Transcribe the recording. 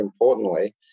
importantly